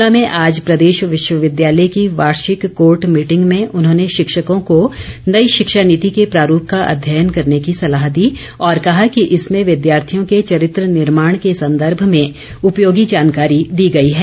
शिमला में आज प्रदेश विश्वविद्यालय की वार्षिक कोर्ट मीटिंग में उन्होंने शिक्षकों को नई शिक्षा नीति के प्रारूप का अध्ययन करने की सलाह दी और कहा कि इसमें विद्यार्थियों के चरित्र निर्माण के संदर्भ में उपयोगी जानकारी दी गई है